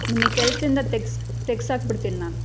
ನಿಮಗ್ ಕೆಲ್ಸದಿಂದ ತೆಗ್ಸಿ ತೆಗ್ಸಾಕ್ಬಿಡ್ತೀನಿ ನಾನು